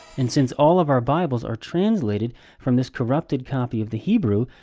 and since all of our bibles are translated from this corrupted copy of the hebrew,